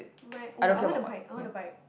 my oh I wanna a bike I wanna a bike